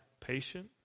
patient